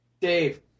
Dave